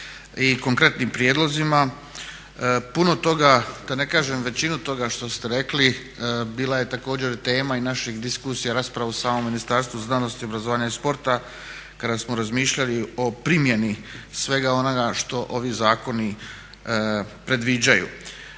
i konkretnim prijedlozima. Puno toga, da ne kažem većinu toga što ste rekli bila je također tema i naših diskusija, rasprava u samom Ministarstvu znanosti, obrazovanja i sporta kada smo razmišljali o primjeni svega onoga što ovi zakoni predviđaju.